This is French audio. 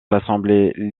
l’assemblée